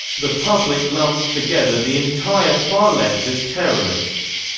the public lumped together the entire far left as terrorists.